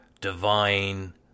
divine